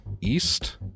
east